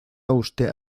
usted